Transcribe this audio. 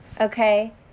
okay